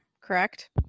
Correct